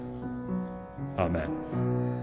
Amen